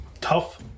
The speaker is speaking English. Tough